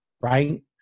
Right